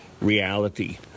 reality